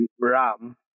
RAM